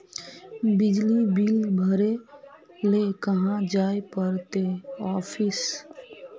बिजली बिल भरे ले कहाँ जाय पड़ते ऑफिस?